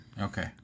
Okay